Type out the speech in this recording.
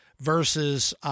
versus